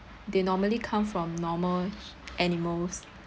they normally come from normal animals